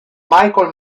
michael